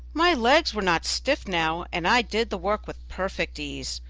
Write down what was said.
my legs were not stiff now, and i did the work with perfect ease.